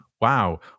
Wow